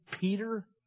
Peter